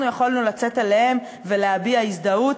אנחנו יכולנו לצאת אליהם ולהביע הזדהות